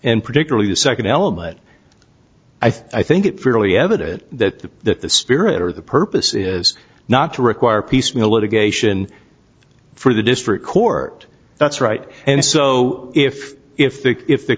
and particularly the second element i think it fairly evident that the spirit of the purpose is not to require piecemeal litigation for the district court that's right and so if if they if the